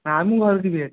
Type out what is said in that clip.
ନାଇଁ ମୁଁ ଘରୁ ଯିବି ଭାରି